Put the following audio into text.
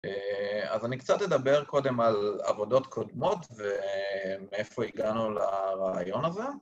אז אני קצת אדבר קודם על עבודות קודמות ומאיפה הגענו לרעיון הזה